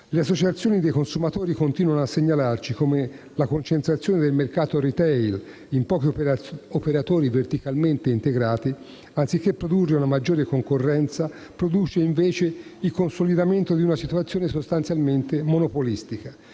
Le associazioni dei consumatori continuano a segnalarci come la concentrazione del mercato *retail* in pochi operatori verticalmente integrati, anziché produrre una maggiore concorrenza, produce invece il consolidamento di una situazione sostanzialmente monopolistica.